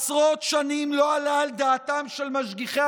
עשרות שנים לא עלה על דעתם של משגיחי